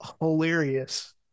hilarious